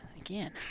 Again